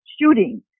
shooting